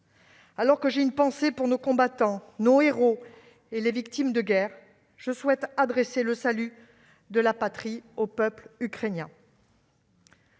Alors que j'ai une pensée pour nos combattants, nos héros et les victimes de guerre, je souhaite adresser le salut de la patrie au peuple ukrainien.